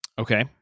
Okay